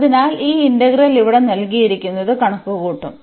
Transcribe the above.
അതിനാൽ ഈ ഇന്റഗ്രൽ ഇവിടെ നൽകിയിരിക്കുന്നത് കണക്കുകൂട്ടും